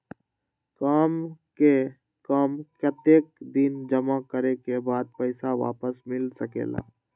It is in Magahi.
काम से कम कतेक दिन जमा करें के बाद पैसा वापस मिल सकेला?